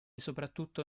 soprattutto